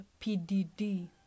PDD